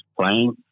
playing